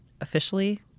officially